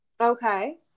Okay